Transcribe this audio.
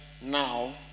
now